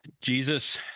Jesus